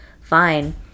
fine